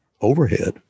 overhead